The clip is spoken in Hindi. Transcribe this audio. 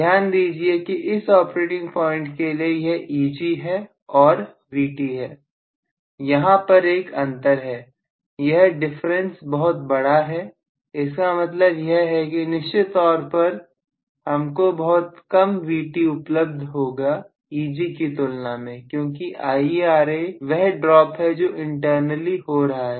ध्यान दीजिए कि इस ऑपरेटिंग पॉइंट के लिए यह Eg है और यह Vt है यहां पर एक अंतर है यह डिफरेंस बहुत बड़ा है इसका मतलब यह है कि निश्चित तौर पर हमको बहुत कम Vt उपलब्ध होगा Eg की तुलना में क्योंकि IaRa वह ड्रॉप है जो इंटरनली हो रहा है